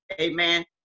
Amen